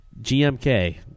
GMK